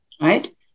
right